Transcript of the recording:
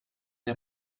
der